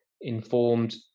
informed